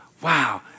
wow